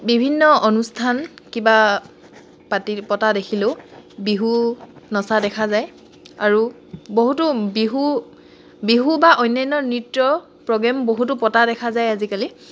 বিভিন্ন অনুষ্ঠান কিবা পাতি পতা দেখিলেও বিহু নচা দেখা যায় আৰু বহুতো বিহু বিহু বা অন্যান্য নৃত্য প্ৰগ্ৰেম বহুতো পতা দেখা যায় আজিকালি